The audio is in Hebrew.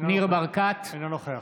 בעד ניר ברקת, אינו נוכח